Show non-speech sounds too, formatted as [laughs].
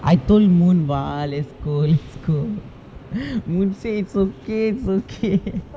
I told moon [what] let's go let's go moon said it's okay it's okay [laughs]